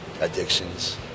Addictions